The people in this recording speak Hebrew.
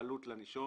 העלות לנישום.